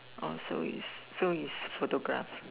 or so is so is photograph